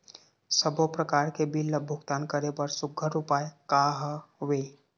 सबों प्रकार के बिल ला भुगतान करे बर सुघ्घर उपाय का हा वे?